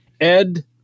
Ed